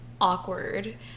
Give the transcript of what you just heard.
awkward